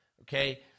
okay